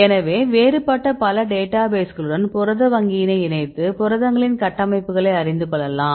எனவே வேறுபட்ட டேட்டாபேஸ்களுடன் புரத வங்கியினை இணைத்து புரதங்களின் கட்டமைப்புகளை அறிந்து கொள்ளலாம்